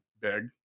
big